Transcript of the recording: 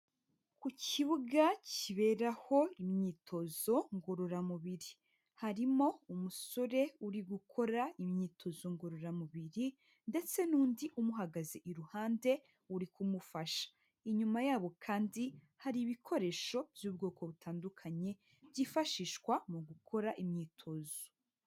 Ku kibuga kiberaho imyitozo ngororamubiri. Harimo umusore uri gukora imyitozo ngororamubiri ndetse n'undi umuhagaze iruhande, uri kumufasha. Inyuma yabo kandi, hari ibikoresho by'ubwoko butandukanye, byifashishwa mu gukora imyitozo.